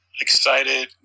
excited